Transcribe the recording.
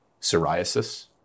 psoriasis